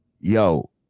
yo